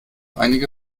einige